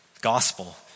Gospel